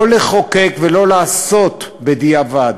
לא לחוקק ולא לעשות בדיעבד,